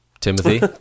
Timothy